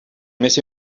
més